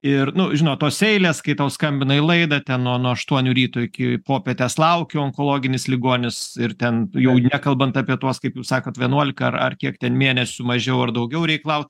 ir nu žinot tos eilės kai tau skambina į laidą nuo nuo aštuonių ryto iki popietės laukia onkologinis ligonis ir ten jau nekalbant apie tuos kaip jūs sakot vienuolika ar ar kiek ten mėnesių mažiau ar daugiau reik laukt